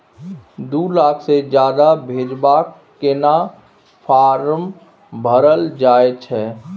दू लाख से ज्यादा भेजबाक केना फारम भरल जाए छै?